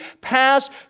passed